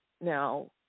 now